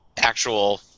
actual